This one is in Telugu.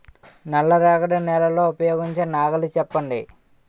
నల్ల రేగడి నెలకు ఉపయోగించే నాగలి చెప్పండి?